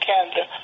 Canada